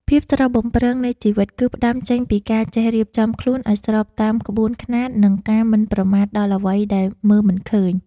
ភាពស្រស់បំព្រងនៃជីវិត គឺផ្តើមចេញពីការចេះរៀបចំខ្លួនឱ្យស្របតាមក្បួនខ្នាត និងការមិនប្រមាថដល់អ្វីដែលមើលមិនឃើញ។